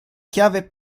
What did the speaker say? chiave